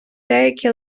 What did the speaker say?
деякі